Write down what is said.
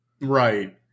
Right